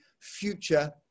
future